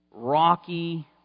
rocky